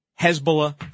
Hezbollah